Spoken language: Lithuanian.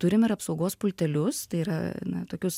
turim ir apsaugos pultelius tai yra na tokius